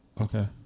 Okay